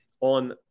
on